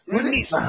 Release